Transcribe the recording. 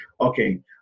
Okay